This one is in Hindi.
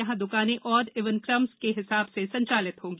यहां दकानें ऑड ईवन क्रम से हिसाब से संचालित होगी